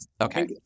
Okay